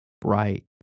bright